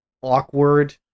awkward